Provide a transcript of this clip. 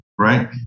right